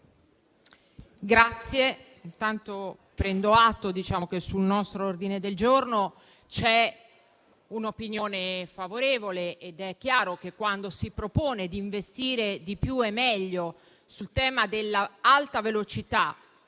intanto prendo atto che sul nostro ordine del giorno c'è un'opinione favorevole ed è chiaro che, quando si propone di investire di più e meglio sul tema dell'alta velocità,